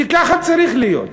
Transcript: כי ככה צריך להיות,